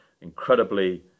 Incredibly